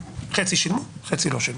חצי שילמו, חצי לא שילמו.